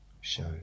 show